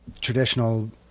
Traditional